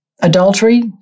adultery